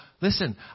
listen